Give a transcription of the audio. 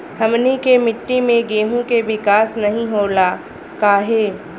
हमनी के मिट्टी में गेहूँ के विकास नहीं होला काहे?